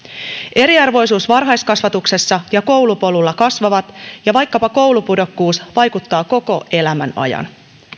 eriarvoisuus varhaiskasvatuksessa ja koulupolulla kasvavat ja vaikkapa koulupudokkuus vaikuttaa koko elämän ajan